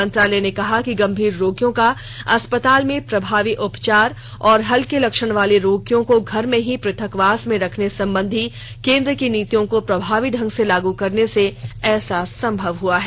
मंत्रालय ने कहा कि गंभीर रोगियों का अस्पताल में प्रभावी उपचार और हल्कें लक्षण वाले रोगियों को घर में ही पृथकवास में रखने संबंधी केन्द्र की नीतियों को प्रभावी ढंग से लागू करने से ऐसा संभव हुआ है